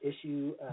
issue